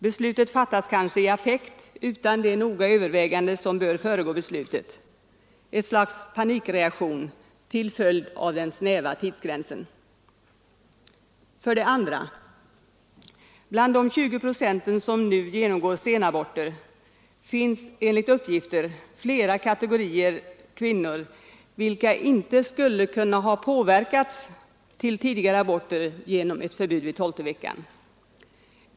Beslutet fattas kanske i affekt utan det noggranna övervägande som bör föregå beslutet, ett slags panikreaktion till följd av den snäva tidsgränsen. 2. Bland de 20 procent som nu genomgår senaborter finns enligt uppgifter flera kategorier av kvinnor vilka inte skulle kunna ha påverkats till tidigare aborter genom ett förbud vid tolfte veckan.